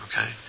Okay